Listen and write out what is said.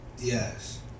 Yes